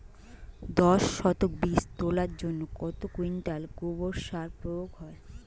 দশ শতক বীজ তলার জন্য কত কুইন্টাল গোবর সার প্রয়োগ হয়?